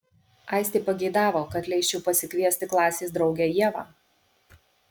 aistė pageidavo kad leisčiau pasikviesti klasės draugę ievą